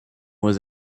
was